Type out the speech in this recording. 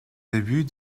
début